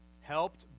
helped